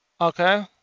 Okay